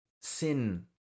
Sin